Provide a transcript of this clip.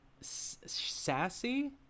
Sassy